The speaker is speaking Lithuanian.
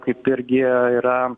kaip irgi yra